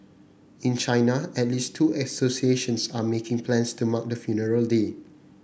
in China at least two associations are making plans to mark the funeral day